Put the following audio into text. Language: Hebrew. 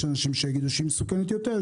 יש אנשים שיגידו שהיא מסוכנת יותר,